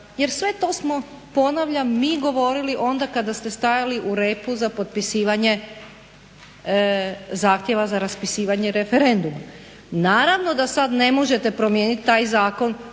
jer sve to smo, ponavljam mi govorili onda kada ste stajali u repu za potpisivanje zahtjeva za raspisivanje referenduma. Naravno da sad ne možete promijeniti taj zakon